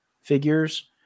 figures